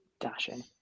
dashing